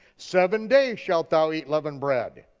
seven days shalt thou eat leavened bread,